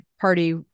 party